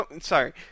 sorry